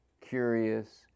curious